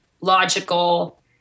logical